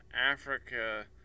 africa